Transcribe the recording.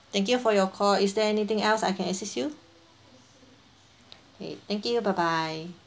thank you for your call is there anything else I can assist you K thank you bye bye